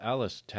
Alice